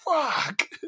fuck